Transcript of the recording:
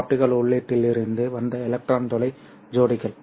optical உள்ளீட்டிலிருந்து வந்த electron துளை ஜோடிகள்